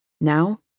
Now